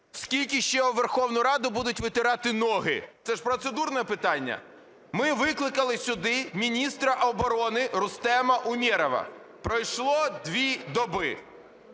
Скільки ще об Верховну Раду будуть витирати ноги? Це ж процедурне питання? Ми викликали сюди міністра оборони Рустема Умєрова. Пройшло дві доби.